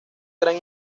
gran